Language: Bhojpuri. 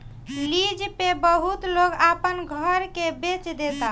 लीज पे बहुत लोग अपना घर के बेच देता